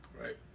right